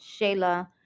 Shayla